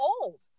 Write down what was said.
old